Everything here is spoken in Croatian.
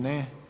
Ne.